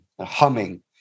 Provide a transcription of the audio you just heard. humming